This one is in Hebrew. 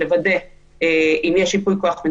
לוודא אם יש ייפוי כוח.